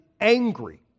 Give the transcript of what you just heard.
angry